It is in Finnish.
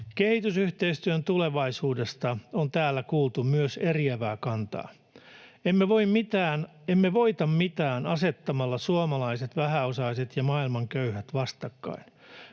Kehitysyhteistyön tulevaisuudesta on täällä kuultu myös eriävää kantaa. Emme voita mitään asettamalla suomalaiset vähäosaiset ja maailman köyhät vastakkain.